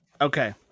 Okay